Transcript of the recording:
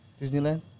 Disneyland